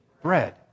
bread